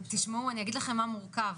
תשמעו, אני אגיד לכם מה מורכב.